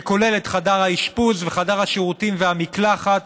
שכולל את חדר האשפוז וחדר השירותים והמקלחת,